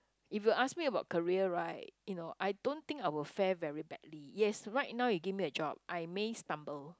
if you ask me about career right you know I don't think I will fare very badly yes right now you give me a job I may stumble